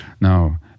now